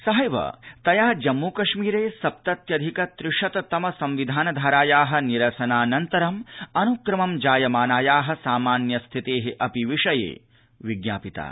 सहैव तया जम्मू कश्मीरे सप्तत्यधिक त्रिशत तम संविधान धारायाः निरसनाऽनन्तरम् अन्क्रमं जायमानायाः सामान्य स्थितेः अपि विषये सा विज्ञापिता